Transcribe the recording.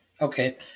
Okay